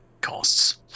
costs